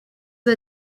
the